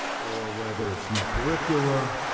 or whether it's new curricula,